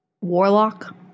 warlock